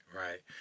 right